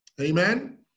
Amen